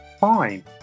fine